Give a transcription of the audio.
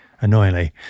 Annoyingly